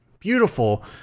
beautiful